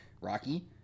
Rocky